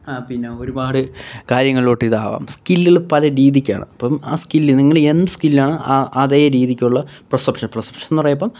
അ പിന്നെ ഒരുപാട് കാര്യങ്ങളിലോട്ട് ഇതാവാം സ്കില്ലുകള് പല രീതിക്കാണ് അപ്പോള് ആ സ്കില് നിങ്ങളെന്ത് സ്കില്ലാണ് അതേ രീതിക്കുള്ള പ്രെസപ്ഷൻ പ്രെസപ്ഷൻന്ന് പറയുമ്പോള്